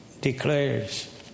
declares